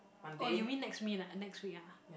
oh you mean next mean ah next week ah